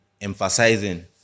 emphasizing